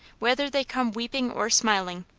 whether they come weeping or smiling.